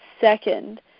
second